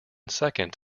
second